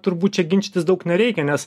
turbūt čia ginčytis daug nereikia nes